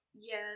Yes